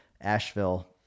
Asheville